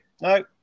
No